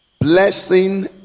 Blessing